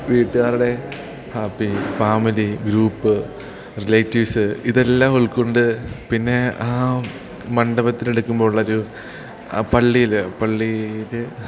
വീട്ടുകാരുടെ happy family group relatives ഇതെല്ലാം ഉൾക്കൊണ്ട് പിന്നെ ആ മണ്ഡപത്തിലെടുക്കുമ്പോഴുള്ളൊരു ആ പള്ളിയിൽ പള്ളിയിൽ